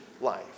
life